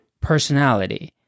personality